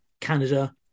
canada